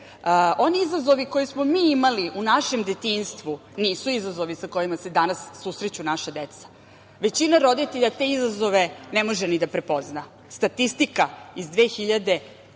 izazovi koje smo mi imali u našem detinjstvu nisu izazovi sa kojima se danas susreću naša deca. Većina roditelja te izazove ne može ni da prepozna. Statistika iz 2019.